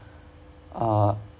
uh